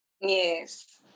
Yes